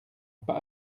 pas